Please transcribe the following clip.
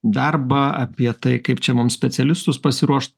darbą apie tai kaip čia mums specialistus pasiruošt